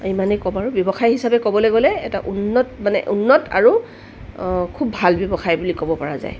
ইমানেই ক'ম আৰু ব্যৱসায় হিচাপে ক'বলৈ গ'লে এটা উন্নত মানে উন্নত আৰু খুব ভাল ব্যৱসায় বুলি ক'ব পৰা যায়